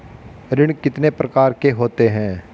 ऋण कितने प्रकार के होते हैं?